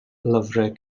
lyfrau